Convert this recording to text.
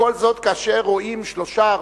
וכל זאת כאשר רואים שלושה,